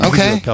Okay